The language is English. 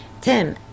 Tim